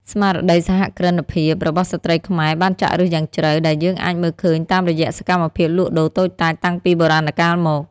ស្មារតីសហគ្រិនភាពរបស់ស្ត្រីខ្មែរបានចាក់ឫសយ៉ាងជ្រៅ ដែលយើងអាចមើលឃើញតាមរយៈសកម្មភាពលក់ដូរតូចតាចតាំងពីបុរាណកាលមក។